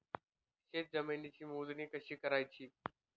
शेत जमिनीची मोजणी कशी करायची?